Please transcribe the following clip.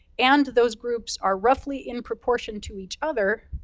and those groups are roughly in proportion to each other,